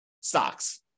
stocks